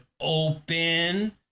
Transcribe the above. open